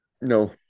no